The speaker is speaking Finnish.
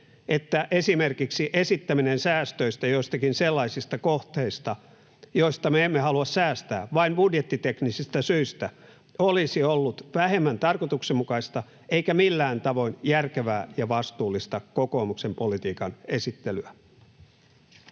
budjettiteknisistä syistä joistakin sellaisista kohteista, joista me emme halua säästää, olisi ollut vähemmän tarkoituksenmukaista eikä millään tavoin järkevää ja vastuullista kokoomuksen politiikan esittelyä.